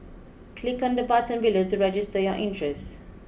click on the button below to register your interest